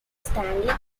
stanley